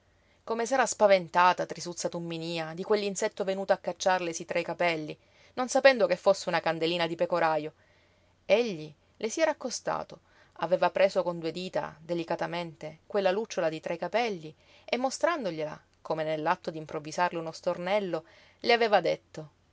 gioventú come s'era spaventata trisuzza tumminía di quell'insetto venuto a cacciarlesi tra i capelli non sapendo che fosse una candelina di pecorajo egli le si era accostato aveva preso con due dita delicatamente quella lucciola di tra i capelli e mostrandogliela come nell'atto d'improvvisarle uno stornello le aveva detto